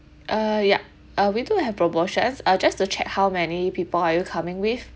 ah yeah uh we do have promotions uh just to check how many people are you coming with